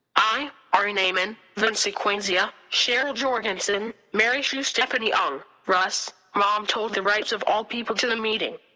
i, ari ne'eman, vensequenzia, cheryl jorgensen mary schuh stephanie ong, russ, mom told the rights of all people to the meeting.